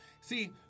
See